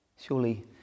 surely